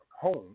Home